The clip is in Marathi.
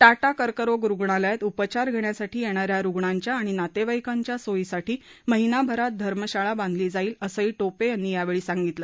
टाटा कर्करोग रुग्णालयात उपचार घेण्यासाठी येणाऱ्या रुग्णांच्या आणि नातेवाईकांच्या सोयीसाठी महिनाभरात धर्मशाळा बांधली जाईल असंही टोपे यांनी यावेळी सांगितलं